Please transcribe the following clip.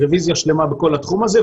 רביזיה שלמה בכל התחום הזה,